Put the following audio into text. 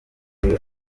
kuri